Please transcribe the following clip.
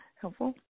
helpful